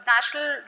National